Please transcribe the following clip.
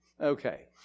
Okay